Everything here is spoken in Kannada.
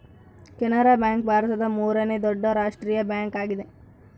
ಕೆನರಾ ಬ್ಯಾಂಕ್ ಭಾರತದ ಮೂರನೇ ದೊಡ್ಡ ರಾಷ್ಟ್ರೀಯ ಬ್ಯಾಂಕ್ ಆಗಿದೆ